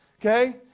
okay